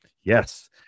Yes